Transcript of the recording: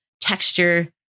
texture